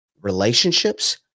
relationships